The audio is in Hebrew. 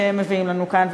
שמביאים לנו כאן,